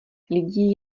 lidí